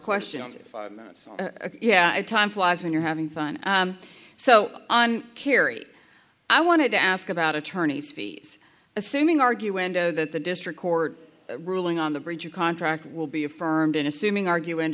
questions five minutes yeah time flies when you're having fun so on kerry i wanted to ask about attorney's fees assuming argue window that the district court ruling on the bridge contract will be affirmed in assuming argue end